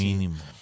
Mínimo